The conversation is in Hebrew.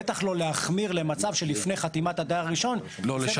לא להחמיר למצב שלפני חתימת הדייר הראשון --- שאין לי שליטה.